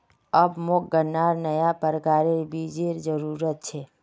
अब मोक गन्नार नया प्रकारेर बीजेर जरूरत छ